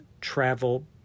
travel